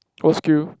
whole skill